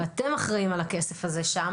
ואתם אחראים על הכסף הזה שם